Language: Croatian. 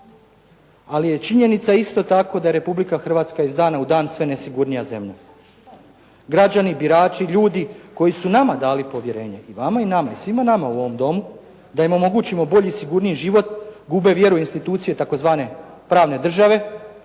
Ali je činjenica isto tako da je Republika Hrvatska iz dana u dan sve nesigurnija zemlja. Građani, birači, ljudi koji su nama dali povjerenje, i vama i nama, i svima nama u ovom Domu, da im omogućimo bolji i sigurniji život, gube vjeru u institucije tzv. pravne države,